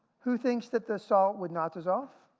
who thinks that the salt would not dissolve?